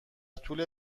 طول